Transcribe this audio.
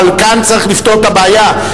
אבל כאן צריך לפתור את הבעיה,